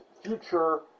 future